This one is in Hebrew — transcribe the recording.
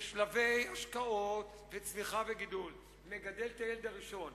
בשלבי השקעות וצמיחה וגידול, מגדל את הילד הראשון.